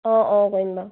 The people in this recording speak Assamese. অঁ অঁ কৰিম বাৰু